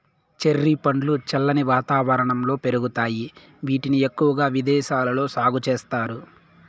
cherry పండ్లు చల్లని వాతావరణంలో పెరుగుతాయి, వీటిని ఎక్కువగా విదేశాలలో సాగు చేస్తారు